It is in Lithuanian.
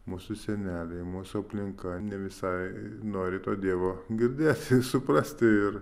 mūsų seneliai mūsų aplinka ne visai nori to dievo girdėti suprasti ir